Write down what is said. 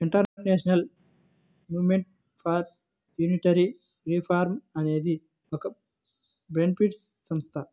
international movement for monetary reform అనేది ఒక British సంస్థ